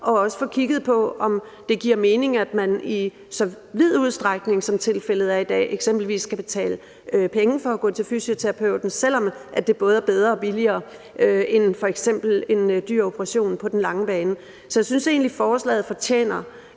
og også få kigget på, om det giver mening, at man i så vid udstrækning, som tilfældet er i dag, eksempelvis skal betale penge for at gå til fysioterapeuten, selv om det på den lange bane både er bedre og billigere end f.eks. en dyr operation. Så jeg synes egentlig, forslaget fortjener